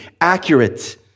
accurate